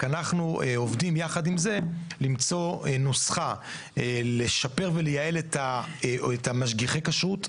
אבל אנחנו עובדים ביחד עם זה למצוא נוסחה לשפר ולייעל את משגיחי הכשרות,